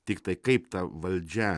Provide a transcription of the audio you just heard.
tiktai kaip ta valdžia